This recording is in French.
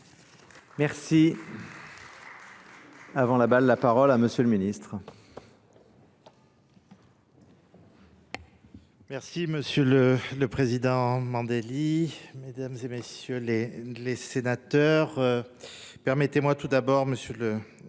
Merci. Avant la balle, la parole à monsieur le ministre. Merci Monsieur le Président Mandeli, Mesdames et Messieurs les sénateurs, permettez-moi tout d'abord Monsieur le